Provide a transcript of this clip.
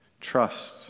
trust